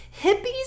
Hippies